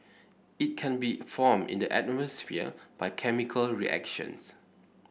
it can be formed in the atmosphere by chemical reactions